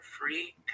free